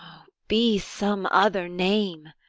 be some other name!